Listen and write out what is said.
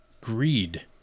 greed